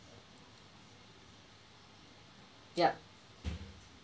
yup